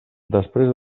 després